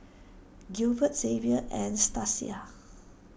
Gilbert Zavier and Stasia